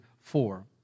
four